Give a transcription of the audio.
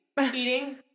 eating